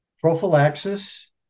prophylaxis